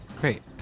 Great